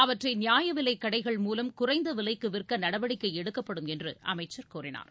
அவற்றை நியாயவிலைக் கடைகள் மூலம் குறைந்த விலைக்கு விற்க நடவடிக்கை எடுக்கப்படும் என்று அமைச்சர் கூறினார்